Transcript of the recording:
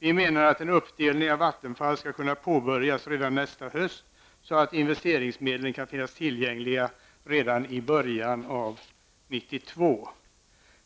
Vi menar att en uppdelning av Vattenfall skall kunna påbörjas redan nästa höst, så att investeringsmedel kan finnas tillgängliga redan i början av år 1992.